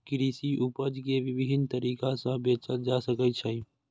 कृषि उपज कें विभिन्न तरीका सं बेचल जा सकै छै